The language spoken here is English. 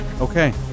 Okay